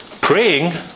praying